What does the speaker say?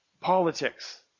politics